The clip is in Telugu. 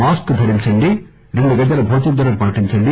మాస్క్ ధరించండి రెండు గజాల భౌతిక దూరం పాటించండి